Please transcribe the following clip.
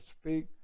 speak